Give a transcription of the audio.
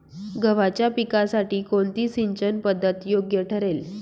गव्हाच्या पिकासाठी कोणती सिंचन पद्धत योग्य ठरेल?